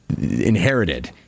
inherited